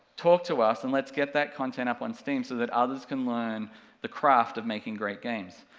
talk to us and let's get that content up on steam so that others can learn the craft of making great games.